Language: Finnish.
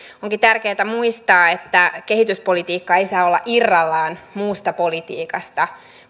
onkin tärkeätä muistaa että kehityspolitiikka ei saa olla irrallaan muusta politiikasta